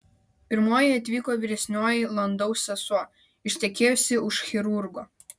pirmoji atvyko vyresnioji landau sesuo ištekėjusi už chirurgo